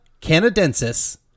Canadensis